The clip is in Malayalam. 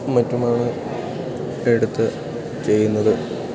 മറ്റുമാണ് എടുത്തു ചെയ്യുന്നത്